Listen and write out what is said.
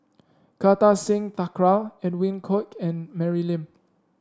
Kartar Singh Thakral Edwin Koek and Mary Lim